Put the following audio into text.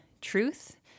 truth